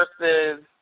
versus